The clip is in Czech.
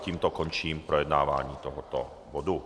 Tím končím projednávání tohoto bodu.